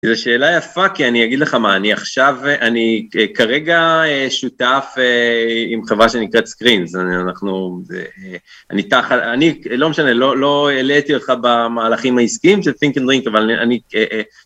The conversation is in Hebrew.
זו שאלה יפה, כי אני אגיד לך מה, אני עכשיו, אני כרגע שותף עם חברה שנקראת סקרינס, אנחנו, אני, לא משנה, לא הלאיתי אותך במהלכים העסקיים של פינק אנד דרינק, אבל אני,